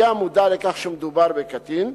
היה מודע לכך שמדובר בקטין,